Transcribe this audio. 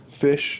fish